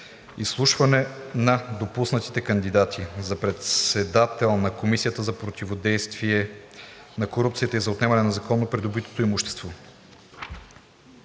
Изслушване на допуснатите кандидати за председател на Комисията за противодействие на корупцията и за отнемане на незаконно придобитото имущество.